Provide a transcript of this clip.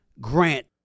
Grant